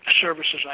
services